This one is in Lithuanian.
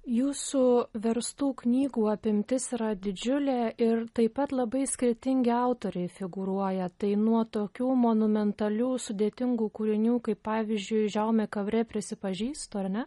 jūsų verstų knygų apimtis yra didžiulė ir taip pat labai skirtingi autoriai figūruoja tai nuo tokių monumentalių sudėtingų kūrinių kaip pavyzdžiui žiomi kavrė prisipažįstu ar ne